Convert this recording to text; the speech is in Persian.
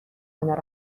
کنار